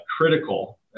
critical